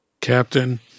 Captain